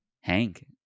Hank